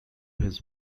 his